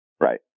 Right